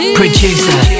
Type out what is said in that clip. producer